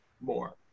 more